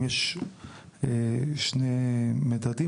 יש שני מדדים,